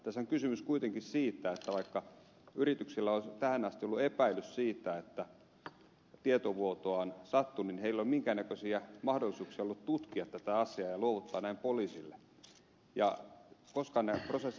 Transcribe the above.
tässähän on kuitenkin kysymys siitä että vaikka yrityksillä olisi tähän asti ollut epäilys siitä että tietovuotoa sattuu niin niillä ei ole minkään näköisiä mahdollisuuksia ollut tutkia tätä asiaa ja luovuttaa näin poliisille ja koskaan nämä prosessit eivät ole päässeet etenemään